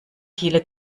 viele